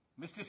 Mr